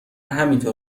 همینطور